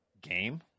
game